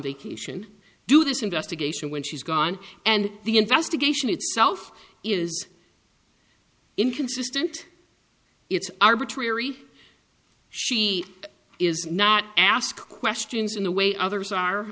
vacation do this investigation when she's gone and the investigation itself is inconsistent it's arbitrary she is not asked questions in the way others are